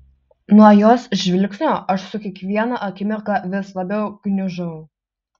nuo jos žvilgsnio aš su kiekviena akimirka vis labiau gniužau